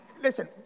Listen